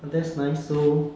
that's nice so